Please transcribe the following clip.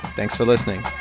thanks for listening